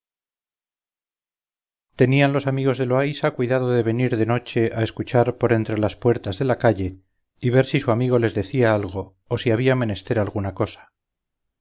tenían los amigos de loaysa cuidado de venir de noche a escuchar por entre las puertas de la calle y ver si su amigo les decía algo o si había menester alguna cosa